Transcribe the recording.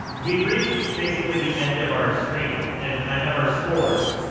we've reached basically the end of our stream, and i have our scores.